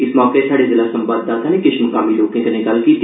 इस मौके साड्डे जिला संवाददाता नै किश्र मकामी लोकें कन्नै गल्ल कीती